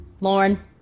Lauren